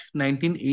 1980